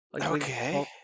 okay